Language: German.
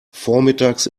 vormittags